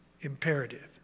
imperative